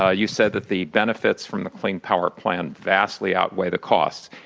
ah you said that the benefits from the clean power plan vastly outweigh the costs.